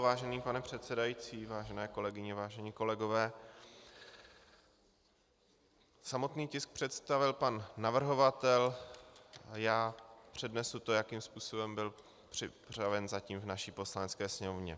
Vážený pane předsedající, vážené kolegyně, vážení kolegové, samotný tisk představil pan navrhovatel, já přednesu to, jakým způsobem byl připraven zatím v naší Poslanecké sněmovně.